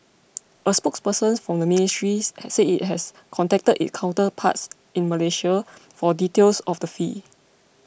a spokesperson from the ministries said it has contacted its counterparts in Malaysia for details of the fee